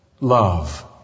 love